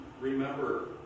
remember